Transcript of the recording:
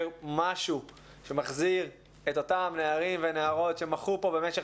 משהו שמחזיר את אותם נערים ונערות שמחו פה במשך